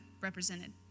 represented